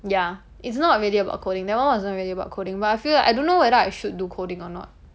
ya it's not really about coding that one wasn't really about coding but I feel like I don't know whether I should do coding or not